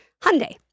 Hyundai